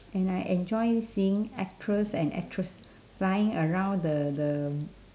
and I enjoy seeing actors and actress flying around the the